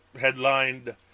headlined